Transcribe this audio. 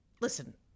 listen